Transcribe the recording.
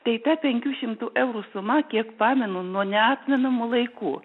tai ta penkių šimtų eurų suma kiek pamenu nuo neatmenamų laikų